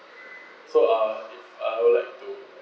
so uh uh I would like to